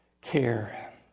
care